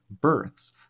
births